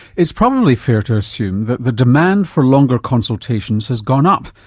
it's probably fair to assume that the demand for longer consultations has gone up,